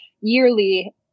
yearly